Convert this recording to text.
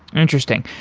interesting.